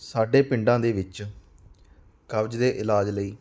ਸਾਡੇ ਪਿੰਡਾਂ ਦੇ ਵਿੱਚ ਕਬਜ਼ ਦੇ ਇਲਾਜ ਲਈ